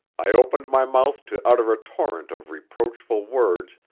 i opened my mouth to utter a torrent of reproachful words,